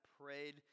prayed